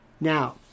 Now